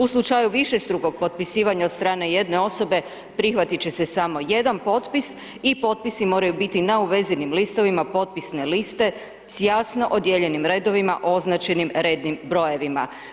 U slučaju višestrukog potpisivanja od strane jedne osobe, prihvatit će se samo jedan potpis i potpisi moraju biti na uvezenim listovima potpisne liste s jasno odijeljenim redovima označenim rednim brojevima.